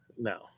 No